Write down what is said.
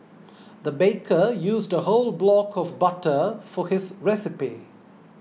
the baker used a whole block of butter for his recipe